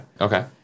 okay